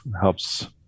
helps